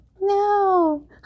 No